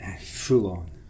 full-on